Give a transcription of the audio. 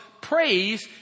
praise